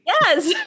Yes